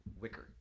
wicker